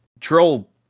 troll